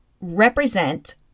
represent